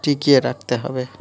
টিকিয়ে রাখতে হবে